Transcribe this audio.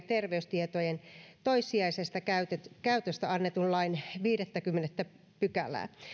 terveystietojen toissijaisesta käytöstä annetun lain viidettäkymmenettä pykälää